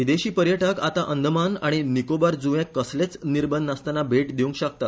विदेशी पर्यटक आतां अंदमान आनी निकोबार जुव्यांक कसलेच निर्बंध नासताना भेट दिवंक शकतात